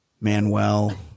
Manuel